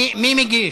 מי מגיש?